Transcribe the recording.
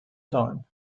time